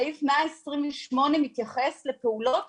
סעיף 128 מתייחס לפעולות